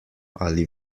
ali